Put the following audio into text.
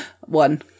one